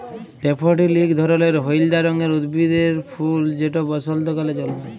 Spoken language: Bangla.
ড্যাফোডিল ইক ধরলের হইলদা রঙের উদ্ভিদের ফুল যেট বসল্তকালে জল্মায়